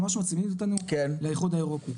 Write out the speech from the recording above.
אנחנו ככלל מצמידים את עצמו לאיחוד האירופי.